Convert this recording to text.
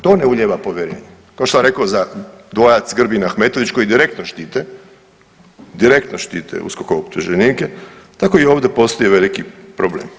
To ne ulijeva povjerenje, kao što sam rekao dvojac Grbin-Ahmetovac koji direktno štite, direktno štite uskokove optuženike, tako i ovdje postoji veliki problem.